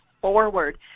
forward